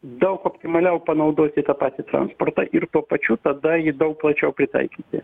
daug optimaliau panaudoti tą patį transportą ir tuo pačiu tada jį daug plačiau pritaikyti